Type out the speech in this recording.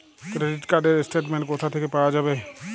Credit card র statement কোথা থেকে পাওয়া যাবে?